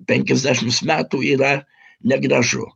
penkiasdešimt metų yra negražu